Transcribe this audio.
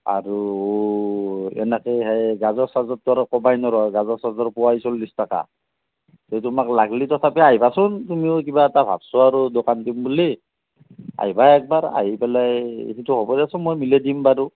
আৰু এনেকে সেই গাজৰ চাজৰটো আৰু ক'বাই নোৱাৰোঁ গাজৰ চাজৰ পোৱাই চল্লিছ টকা সেই তোমাক লাগলি তথাপি আহিবাচোন তুমিও কিবা এটা ভাবছোঁ আৰু দোকান দিম বুলি আহিবা একবাৰ আহি পেলাই সেইটো হ'ব দিয়াচোন মই মিলাই দিম বাৰু